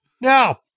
Now